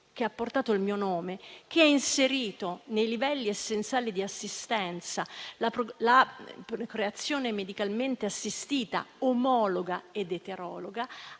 che ha portato il mio nome, che ha inserito tra i livelli essenziali di assistenza la procreazione medicalmente assistita, omologa ed eterologa,